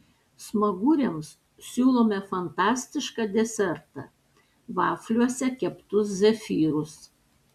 smaguriams siūlome fantastišką desertą vafliuose keptus zefyrus